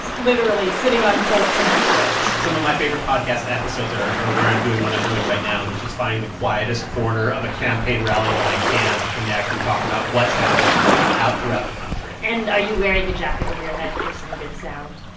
literally sitting on cold, cement floors some of my favorite podcast episodes are are where i'm doing what i'm doing right now. and it's just finding the quietest corner of a campaign rally that i can to connect and talk about what's happening out throughout the country and are you wearing a jacket over your head for some good sound?